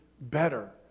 better